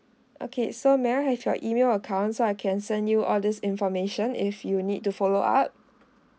okay so may I have your email account so I can send you all this information if you need to follow up